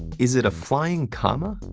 is it a flying comma,